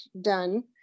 done